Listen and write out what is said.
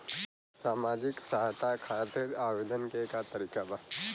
सामाजिक सहायता खातिर आवेदन के का तरीका बा?